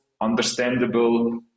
understandable